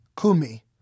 kumi